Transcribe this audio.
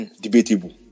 debatable